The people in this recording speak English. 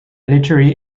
literary